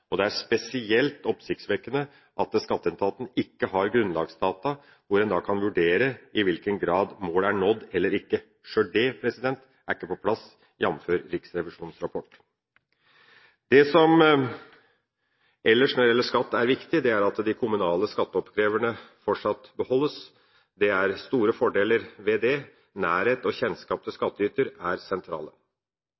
nås. Det er spesielt oppsiktsvekkende at skatteetaten ikke har grunnlagsdata hvor en kan vurdere i hvilken grad målet er nådd eller ikke – sjøl det er ikke på plass, jf. Riksrevisjonens rapport. Det som ellers er viktig når det gjelder skatt, er at de kommunale skatteoppkreverne fortsatt beholdes. Det er store fordeler ved det. Nærhet og kjennskap til